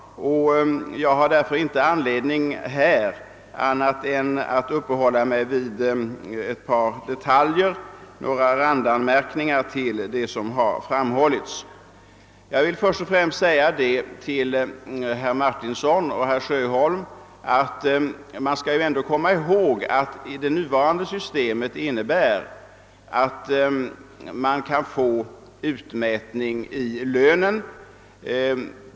Jag har där för inte anledning att uppehålla mig vid annat än några detaljer; jag vill alltså göra några randanmärkningar till det som redan har framhållits. Jag vill först och främst till herr Martinsson och herr Sjöholm säga, att man skall hålla i minnet att det nuvarande systemet innebär att man ikan göra utmätning i lönen.